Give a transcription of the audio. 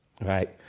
right